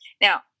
Now